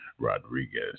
Rodriguez